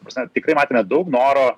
ta prasme tikrai matėme daug noro